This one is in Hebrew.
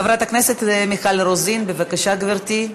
חברת הכנסת מיכל רוזין, בבקשה, גברתי,